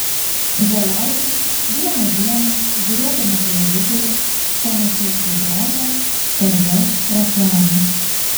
galiausiai vieną dieną žiūrėdama televizorių pamačiau įdomią tv reklamą